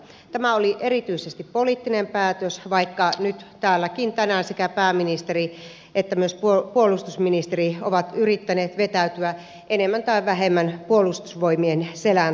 tämä oli erityisesti poliittinen päätös vaikka nyt täälläkin tänään sekä pääministeri että myös puolustusministeri ovat yrittäneet vetäytyä enemmän tai vähemmän puolustusvoimien selän taakse